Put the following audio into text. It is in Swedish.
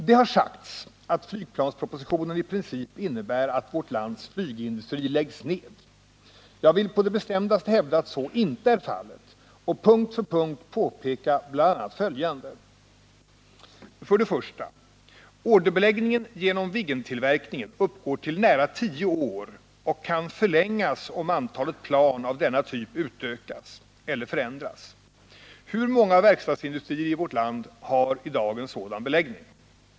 Det har sagts att flygplanspropositionen i princip innebär att vårt lands flygindustri läggs ned. Jag vill på det bestämdaste hävda att så inte är fallet och punkt för punkt påpeka bl.a. följande: 1. Orderbeläggningen genom Viggentillverkningen uppgår till nära tio år, och kan förlängas om antalet plan av denna typ utökas eller förändras. Hur många verkstadsindustrier i vårt land har i dag en sådan beläggning?